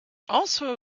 also